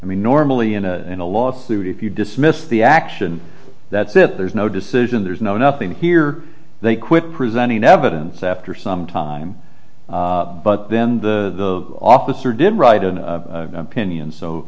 i mean normally in a in a lawsuit if you dismissed the action that's it there's no decision there's no nothing here they quit presenting evidence after some time but then the officer didn't write an opinion so